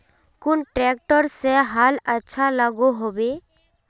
कुन ट्रैक्टर से हाल अच्छा लागोहो होबे?